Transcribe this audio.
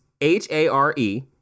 h-a-r-e